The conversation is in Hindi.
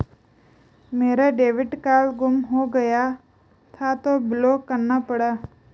मेरा डेबिट कार्ड गुम हो गया था तो ब्लॉक करना पड़ा